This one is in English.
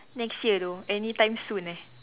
next year though any time soon leh